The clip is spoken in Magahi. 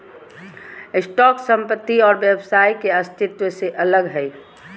स्टॉक संपत्ति और व्यवसाय के अस्तित्व से अलग हइ